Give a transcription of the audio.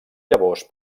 llavors